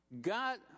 God